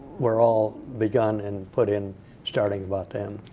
were all begun and put in starting about then.